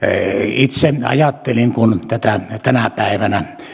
itse ajattelin kun tätä tänä päivänä